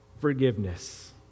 forgiveness